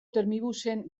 termibusen